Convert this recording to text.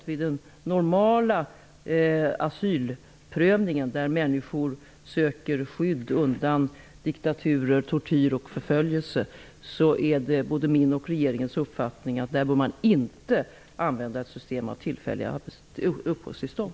Vid den normala asylprövningen, när människor söker skydd undan diktaturer, tortyr och förföljelse, är det däremot både min och regeringens uppfattning att man inte bör använda ett system av tillfälliga uppehållstillstånd.